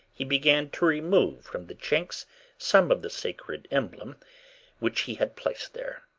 he began to remove from the chinks some of the sacred emblem which he had placed there.